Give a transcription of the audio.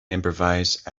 improvise